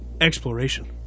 exploration